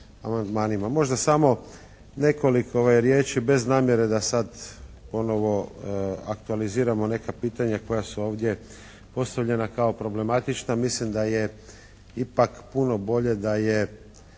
Možda samo nekoliko riječi bez namjere da sada ponovno aktualiziramo neka pitanja koja su ovdje postavljena kao problematična, mislim da je ipak puno bolje da je